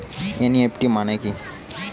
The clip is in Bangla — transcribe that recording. এন.ই.এফ.টি মনে কি?